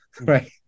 Right